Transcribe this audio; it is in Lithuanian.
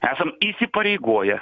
esam įsipareigoję